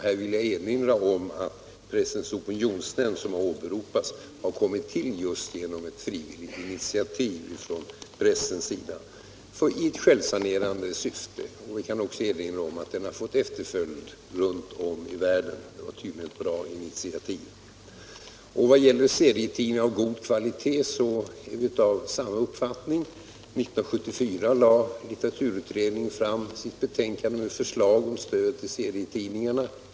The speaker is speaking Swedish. Jag vill här erinra om att Pressens opinionsnämnd, som har åberopats, kom till just genom ett frivilligt initiativ från pressen i självsanerande syfte. Jag kan också erinra om att nämnden har fått efterföljd runt om i världen — det var tydligen ett bra initiativ. Även när det gäller serietidningar av god kvalitet är vi av samma uppfattning. 1974 lade litteraturutredningen fram sitt betänkande med förslag om stöd till serietidningarna.